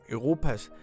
Europas